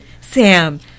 Sam